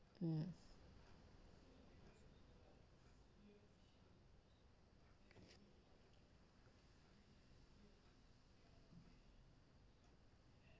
um